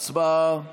הצבעה.